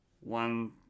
one